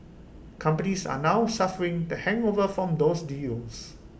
companies are now suffering the hangover from those deals